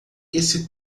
esse